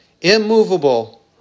immovable